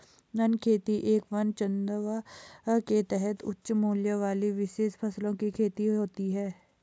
one खेती एक वन चंदवा के तहत उच्च मूल्य वाली विशेष फसलों की खेती है